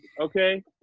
Okay